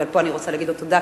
ופה אני רוצה להגיד לו תודה,